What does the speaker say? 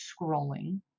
scrolling